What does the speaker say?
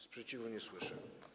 Sprzeciwu nie słyszę.